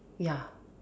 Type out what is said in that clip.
ya